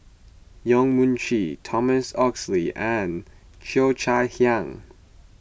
Yong Mun Chee Thomas Oxley and Cheo Chai Hiang